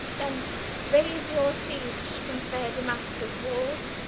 then raise your siege from fair damascus' walls,